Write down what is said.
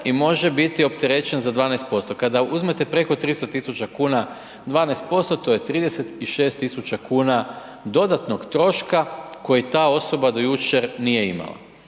i može biti opterećen za 12%. Kada uzmete preko 300.000,00 kn, 12%, to je 36.000,00 kn dodatnog troška koji ta osoba do jučer nije imala.